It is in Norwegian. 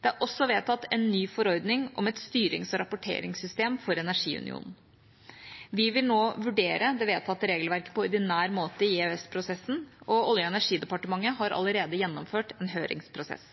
Det er også vedtatt en ny forordning om et styrings- og rapporteringssystem for energiunionen. Vi vil nå vurdere det vedtatte regelverket på ordinær måte i EØS-prosessen. Olje- og energidepartementet har allerede gjennomført en høringsprosess.